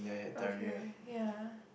okay ya